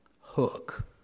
hook